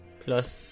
Plus